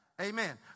Amen